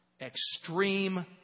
extreme